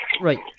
right